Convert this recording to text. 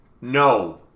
no